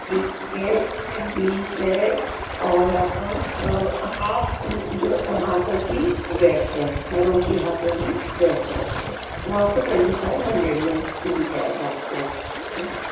bleach ہے اور آپ کو ہاف جو ہاتھوں کی ویکس ہے پیروں کی ہاتھوں کی ویکس ہے وہ آپ کو ٹونٹی فائیو ہنڈریڈ میں مل جائے گا آپ کو اُس